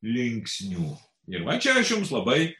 linksnių ir va čia aš jums labai